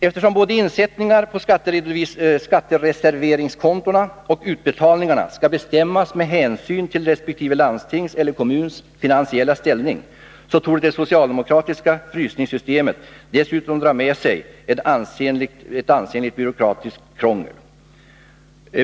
Eftersom både insättningar på skattereserveringskontona och utbetalningarna skall bestämmas med hänsyn till resp. landstings eller kommuns finansiella ställning, torde det socialdemokratiska ”frysningssystemet” dessutom dra med sig ett ansenligt byråkratiskt krångel.